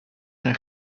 zijn